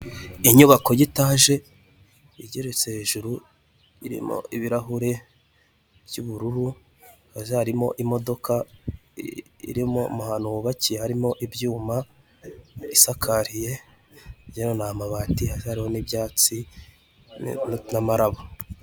Inyubako y'itaje igeretse hejuru, irimo ibirahure by'ubururu, hasi harimo imodoka irimo mu hantu hubakiye harimo ibyuma, isakariye wagira ngo ni amabati, hasi hariho n'ibyatsi n'amaraba.